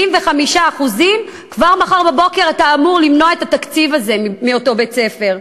75% כבר מחר בבוקר אתה אמור למנוע את התקציב הזה מאותו בית-ספר.